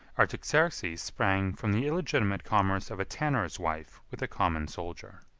artaxerxes sprang from the illegitimate commerce of a tanner's wife with a common soldier.